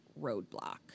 roadblock